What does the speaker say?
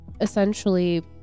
essentially